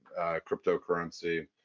cryptocurrency